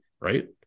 right